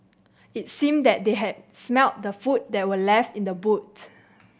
it seemed that they had smelt the food that were left in the boot